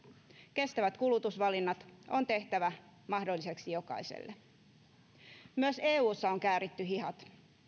kestävät kulutusvalinnat on tehtävä mahdolliseksi jokaiselle myös eussa on kääritty hihat